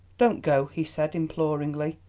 don't go, he said imploringly.